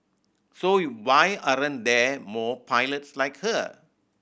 so why aren't there more pilots like her